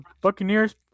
Buccaneers